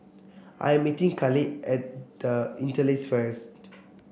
I am meeting Khalid at The Interlace first